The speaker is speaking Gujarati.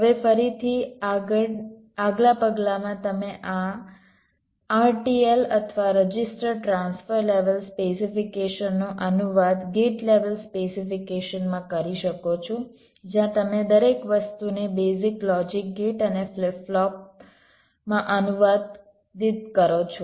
હવે ફરીથી આગલા પગલાંમાં તમે આ RTL અથવા રજીસ્ટર ટ્રાન્સફર લેવલ સ્પેસિફિકેશનનો અનુવાદ ગેટ લેવલ સ્પેસિફિકેશનમાં કરી શકો છો જ્યાં તમે દરેક વસ્તુને બેઝિક લોજિક ગેટ અને ફ્લિપ ફ્લોપ્સ માં અનુવાદિત કરો છો